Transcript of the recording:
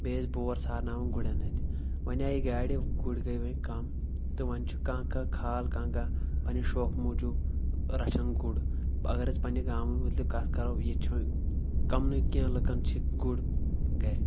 بیٚیہِ ٲسۍ بور سارناوان گُرٮ۪ن اتھِ وۄنۍ آیہِ گاڑِ گُرۍ گٔیے وۄنۍ کم تہٕ وۄنۍ چھُ کانٛہہ کانٛہہ کھال کانٛہہ کانٛہہ پننہِ شوقہٕ موٗجوٗب رچھان گُر اگر أسۍ پننہِ گامہٕ مُتلِق کتھ کرو ییٚتہِ چھُ کمنٕے کینٛہہ لُکن چھِ گُر گرِ